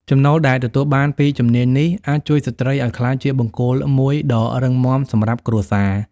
ចំណូលដែលទទួលបានពីជំនាញនេះអាចជួយស្ត្រីឱ្យក្លាយជាបង្គោលមួយដ៏រឹងមាំសម្រាប់គ្រួសារ។